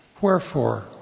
Wherefore